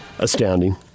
Astounding